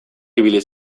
ibili